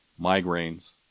migraines